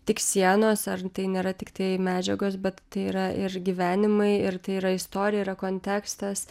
tik sienos ar tai nėra tiktai medžiagos bet tai yra ir gyvenimai ir tai yra istorija yra kontekstas